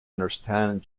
understand